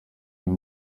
uyu